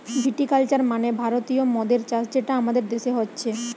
ভিটি culture মানে ভারতীয় মদের চাষ যেটা আমাদের দেশে হচ্ছে